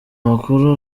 amakuru